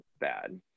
bad